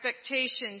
expectations